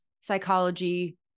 psychology